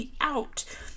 out